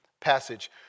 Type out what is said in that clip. passage